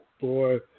boy